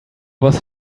was